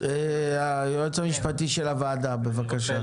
היועץ המשפטי של הוועדה, בבקשה.